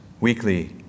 weekly